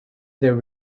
there